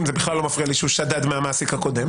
זה בכלל לא מפריע לי שהוא שדד מהמעסיק הקודם...